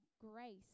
grace